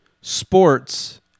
Sports